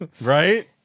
Right